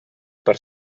per